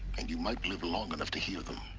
and you might live long enough to hear them